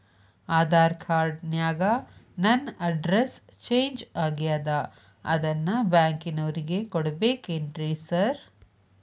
Aadhaar card ನ್ಯಾಗ ನನ್ address change ಆಗ್ಯಾದ ಅದನ್ನ ಬ್ಯಾಂಕಿನೊರಿಗೆ ಕೊಡ್ಬೇಕೇನ್ರಿ ಸಾರ್?